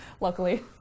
luckily